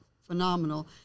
phenomenal